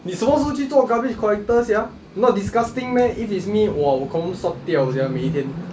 你什么时候去做 garbage collector sia not disgusting meh if it's me !wah! 我 confirm sot 掉 sia 每一天